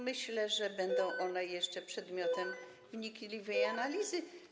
Myślę, że będą one jeszcze przedmiotem wnikliwej analizy.